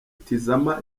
tizama